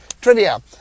Trivia